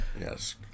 Yes